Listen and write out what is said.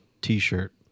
t-shirt